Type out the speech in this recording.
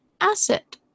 asset